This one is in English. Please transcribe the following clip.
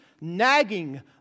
nagging